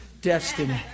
destiny